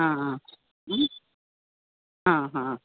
ಹಾಂ ಹಾಂ ಹ್ಞೂ ಹಾಂ ಹಾಂ